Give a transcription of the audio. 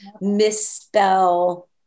misspell